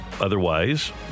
Otherwise